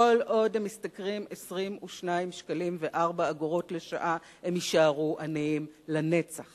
כל עוד הם משתכרים 22 שקלים ו-4 אגורות לשעה הם יישארו עניים לנצח